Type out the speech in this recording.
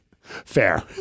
Fair